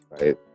right